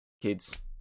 kids